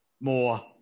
more